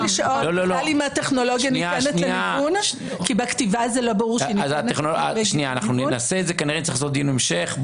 האם הטכנולוגיה ניתנת ל --- כנראה נצטרך לעשות דיון המשך.